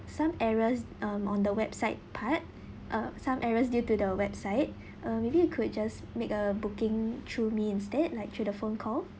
some errors um on the website part err some errors due to the website uh maybe you could just make a booking through me instead like through the phone call